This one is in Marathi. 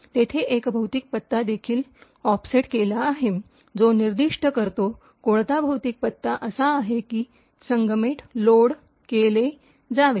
तेथे एक भौतिक पत्ता देखील ऑफसेट केला आहे जो निर्दिष्ट करतो कोणता भौतिक पत्ता असा आहे की सेगमेंट लोड केले जावे